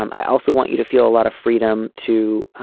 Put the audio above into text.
um i also want you to feel a lot of freedom to